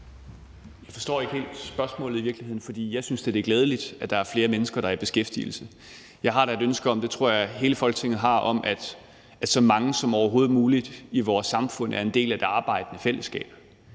ikke helt spørgsmålet, for jeg synes da, det er glædeligt, at der er flere mennesker, der i beskæftigelse. Jeg har da et ønske, og det tror jeg hele Folketinget har, om, at så mange som overhovedet muligt i vores samfund er en del af det arbejdende fællesskab.